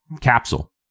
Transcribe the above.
capsule